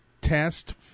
test